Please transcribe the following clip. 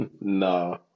no